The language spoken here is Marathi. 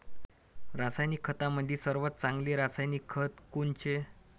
रासायनिक खतामंदी सर्वात चांगले रासायनिक खत कोनचे?